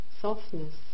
softness